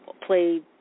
played